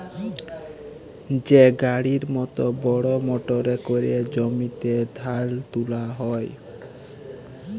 যে গাড়ির মত বড় মটরে ক্যরে জমিতে ধাল তুলা হ্যয়